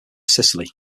sicily